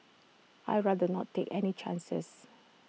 I'd rather not take any chances